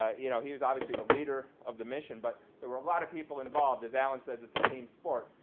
ah you know he was obviously the leader of the mission. but there were a lot of people involved. as alan says, it's a team sport.